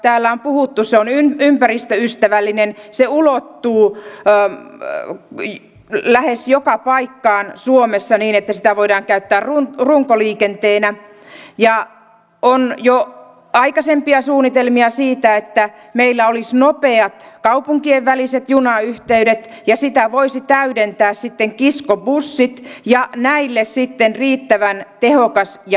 täällä on puhuttu että se on ympäristöystävällinen se ulottuu lähes joka paikkaan suomessa niin että sitä voidaan käyttää runkoliikenteenä ja on jo aikaisempia suunnitelmia siitä että meillä olisi nopeat kaupunkien väliset junayhteydet ja niitä voisivat täydentää sitten kiskobussit ja näille sitten riittävän tehokas ja hyvä syöttöliikenne